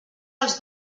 els